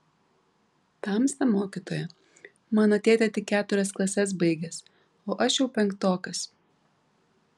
tamsta mokytoja mano tėtė tik keturias klases baigęs o aš jau penktokas